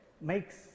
makes